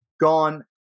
gone